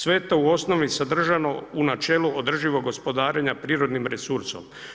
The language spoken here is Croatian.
Sve je to u osnovi sadržano u načelu održivog gospodarenja prirodnim resursom.